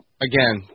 again